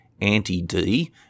anti-D